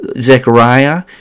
Zechariah